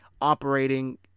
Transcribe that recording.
operating